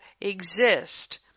exist